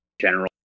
general